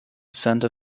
santa